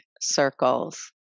circles